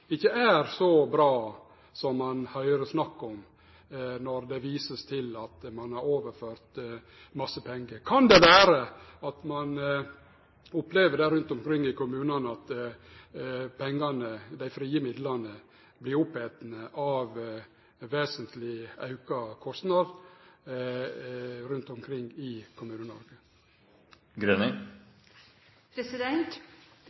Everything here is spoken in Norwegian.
ikkje er så bra som ein høyrer snakk om, når det vert vist til at ein har overført masse pengar? Kan det vere at ein rundt omkring i Kommune-Noreg opplever at pengane, dei frie midlane, vert oppetne av vesentleg auka kostnad? Nå kjenner ikke jeg situasjonen i